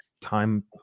time